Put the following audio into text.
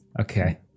Okay